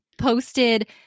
posted